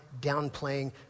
downplaying